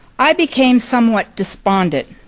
i became somewhat despondent.